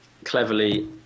cleverly